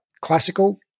classical